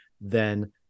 then-